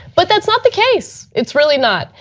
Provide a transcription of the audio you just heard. but that's not the case, it's really not,